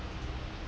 nope